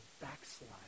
backslide